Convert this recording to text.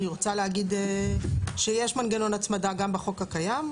אני רוצה להגיד שיש מנגנון הצמדה גם בחוק הקיים,